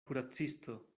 kuracisto